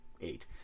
eight